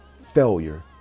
failure